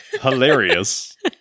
hilarious